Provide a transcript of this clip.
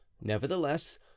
Nevertheless